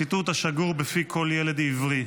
ציטוט השגור בפי כל ילד עברי,